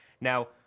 Now